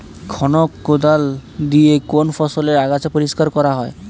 খনক কোদাল দিয়ে কোন ফসলের আগাছা পরিষ্কার করা হয়?